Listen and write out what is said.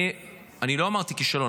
אני לא אמרתי כישלון.